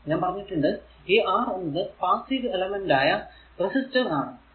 ഞാൻ പറഞ്ഞിട്ടുണ്ട് ഈ R എന്നത് പാസ്സീവ് എലമെന്റ് ആയ റെസിസ്റ്റർ ആണ്